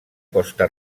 costa